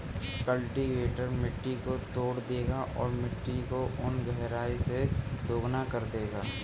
cultivator मिट्टी को तोड़ देगा और मिट्टी को उन गहराई से दोगुना कर देगा